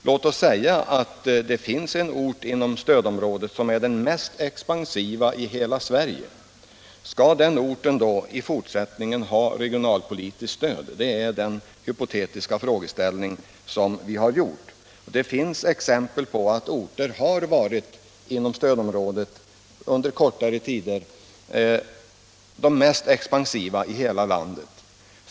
Låt oss säga att en ort inom stödområdet är den mest expansiva i hela Sverige. Skall den orten i fortsättningen ha regionalpolitiskt stöd? Det är den hypotetiska fråga som vi har ställt. Det finns exempel på att orter inom stödområdet under kortare tider har varit de mest expansiva i hela landet.